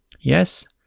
Yes